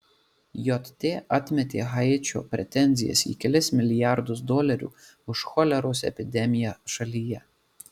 jt atmetė haičio pretenzijas į kelis milijardus dolerių už choleros epidemiją šalyje